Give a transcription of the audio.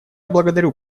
благодарю